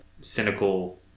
cynical